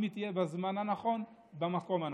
אם היא תהיה בזמן הנכון ובמקום הנכון.